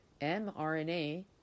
mRNA